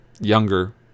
younger